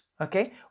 okay